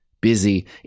Busy